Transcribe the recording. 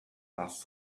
asked